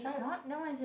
it's not then what is it